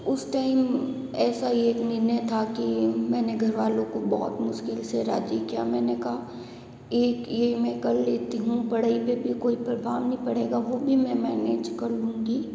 उसे टाइम ऐसा एक निर्णय था कि मैंने घरवालों को बहुत मुश्किल से राज़ी किया मैंने कहा ये ये मैं कर लेती हूँ पढ़ाई पर भी कोई प्रभाव नहीं पड़ेगा वो भी मैं मैनेज कर लूँगी